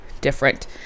different